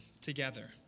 together